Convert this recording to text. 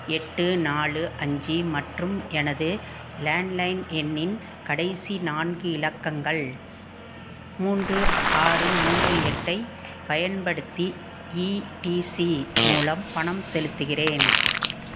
எட்டு நாலு அஞ்சு மற்றும் எனது லேண்ட்லைன் எண்ணின் கடைசி நான்கு இலக்கங்கள் மூன்று ஆறு மூன்று எட்டை பயன்படுத்தி இடிசி மூலம் பணம் செலுத்துகிறேன்